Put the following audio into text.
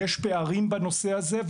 יש פערים בנושא הזה,